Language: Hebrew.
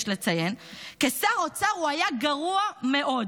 יש לציין: כשר אוצר הוא היה גרוע מאוד,